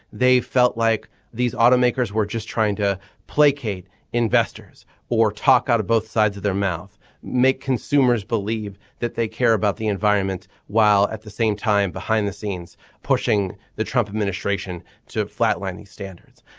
they felt like these automakers were just trying to placate investors or talk out of both sides of their mouth make consumers believe that they care about the environment while at the same time behind the scenes pushing the trump administration to flatline these standards.